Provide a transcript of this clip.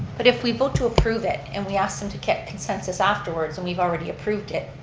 but if we vote to approve it, and we ask them to get consensus afterwards, and we've already approved it,